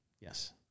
Yes